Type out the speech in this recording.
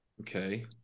Okay